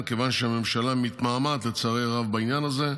מכיוון שהממשלה מתמהמהת, לצערי הרב, בעניין הזה,